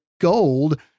gold